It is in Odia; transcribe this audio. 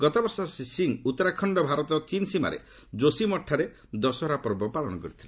ଗତବର୍ଷ ଶ୍ରୀ ସିଂ ଉତ୍ତରାଖଣ୍ଡର ଭାରତ ଚୀନ୍ ସୀମାରେ ଯୋଶୀମଠ ଠାରେ ଦଶହରା ପର୍ବ ପାଳନ କରିଥିଲେ